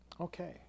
Okay